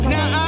Now